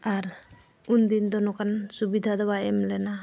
ᱟᱨ ᱩᱱ ᱫᱤᱱ ᱫᱚ ᱱᱚᱝᱠᱟᱱ ᱥᱩᱵᱤᱫᱷᱟ ᱫᱚ ᱵᱟᱭ ᱮᱢ ᱞᱮᱱᱟ